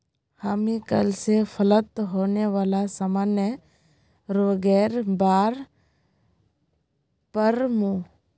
हामी कल स फलत होने वाला सामान्य रोगेर बार पढ़ मु